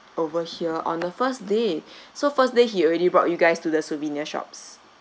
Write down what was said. over here on the first day so first day he already brought you guys to the souvenir shops